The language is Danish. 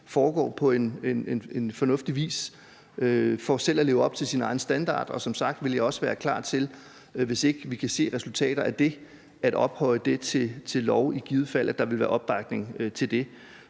foregår på en fornuftig vis, for selv at leve op til deres egen standard. Som sagt vil jeg også være klar til, hvis ikke vi kan se resultater af det, at ophøje det til lov, i givet fald at der vil være opbakning til det.